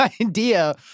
idea